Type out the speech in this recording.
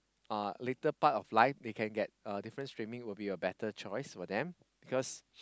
uh later part of life we can get uh different streaming would be a better choice for them because